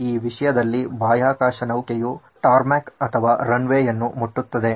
ಈ ವಿಷಯದಲ್ಲಿ ಬಾಹ್ಯಾಕಾಶ ನೌಕೆಯು ಟಾರ್ಮ್ಯಾಕ್ ಅಥವಾ ರನ್ ವೇಯನ್ನು ಮುಟ್ಟುತ್ತದೆ